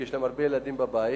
כי יש להן הרבה ילדים בבית,